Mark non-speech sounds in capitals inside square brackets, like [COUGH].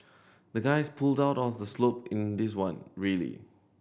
the guys pulled out all the [UNINTELLIGIBLE] in this one really